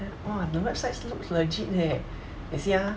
!wah! the websites looks legit leh you see ah